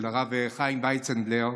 של הרב חיים ויצהנדלר,